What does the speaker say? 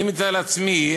אני מתאר לעצמי,